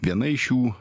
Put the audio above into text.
viena iš šių